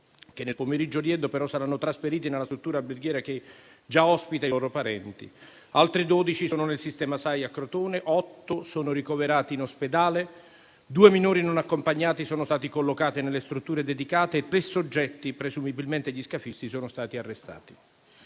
e nel pomeriggio odierno saranno trasferiti nella struttura alberghiera che già ospita i loro parenti; altri dodici sono nel sistema SAI a Crotone, otto sono ricoverati in ospedale, due minori non accompagnati sono stati collocati nelle strutture dedicate e tre soggetti, presumibilmente gli scafisti, sono stati arrestati.